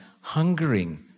hungering